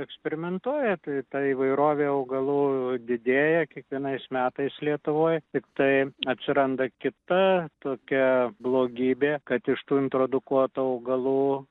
eksperimentuoja tai ta įvairovė augalų didėja kiekvienais metais lietuvoj tiktai atsiranda kita tokia blogybė kad iš tų introdukuotų augalų